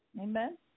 Amen